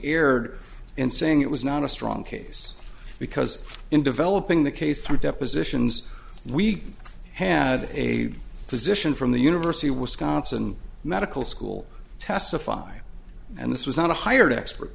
erred in saying it was not a strong case because in developing the case through depositions we had a physician from the university of wisconsin medical school testify and this was not a hired expert